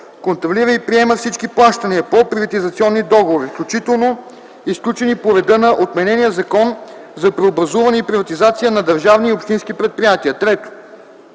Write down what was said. контролира и приема всички плащания по приватизационни договори, включително и сключени по реда на отменения Закон за преобразуване и приватизация на държавни и общински предприятия; 3.